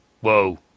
whoa